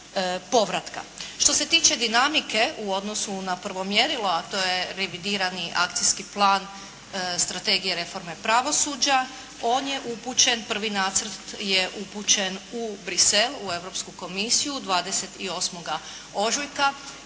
Što se tiče dinamike u odnosu na prvo mjerila, a to je revidirani akcijski plan strategije reforme pravosuđa, on je upućen, pravi nacrt je upućen u Bruxelles u Europsku komisiju 28. ožujka